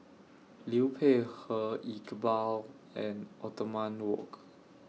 Liu Peihe Iqbal and Othman Wok